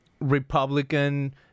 Republican